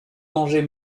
danger